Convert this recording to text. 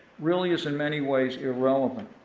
really is in many ways irrelevant.